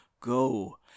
go